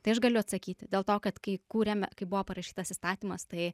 tai aš galiu atsakyti dėl to kad kai kūrėme kai buvo parašytas įstatymas tai